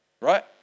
right